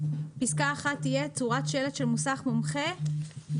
פסקה (1) תהיה: "צורת שלט של מוסך מומחה יהיה".